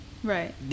Right